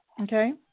Okay